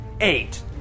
Eight